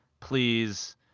Please